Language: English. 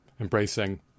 embracing